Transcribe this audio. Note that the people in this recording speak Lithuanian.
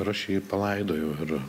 ir aš jį palaidojau ir